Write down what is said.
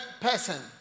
person